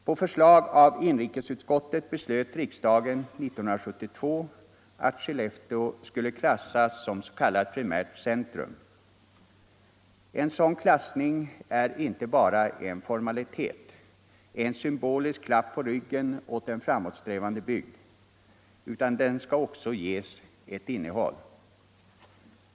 På förslag av inrikesutskottet beslöt riksdagen 1972 att Skellefteå skulle klassas som s.k. primärt centrum. En sådan klassning är inte bara en formalitet, en symbolisk klapp på ryggen åt en framåtsträvande bygd, utan den skall också ges ett innehåll.